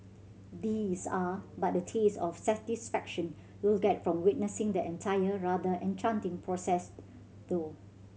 these are but a taste of satisfaction you'll get from witnessing the entire rather enchanting process though